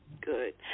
Good